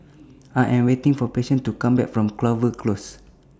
I Am waiting For Patience to Come Back from Clover Close